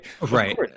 Right